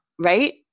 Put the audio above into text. Right